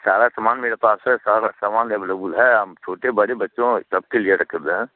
सारा सामान मेरे पास है सार सामान लेबलेबुल है हम छोटे बड़े बच्चों सब के लिए रखे हुए हैं